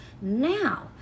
now